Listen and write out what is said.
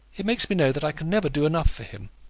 it makes me know that i can never do enough for him.